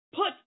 put